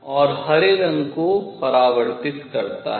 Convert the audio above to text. और हरे रंग को परावर्तित करता है